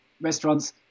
restaurants